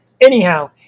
anyhow